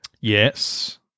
Yes